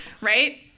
right